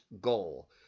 goal